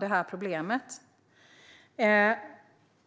det här problemets storlek.